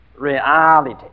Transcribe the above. reality